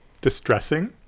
distressing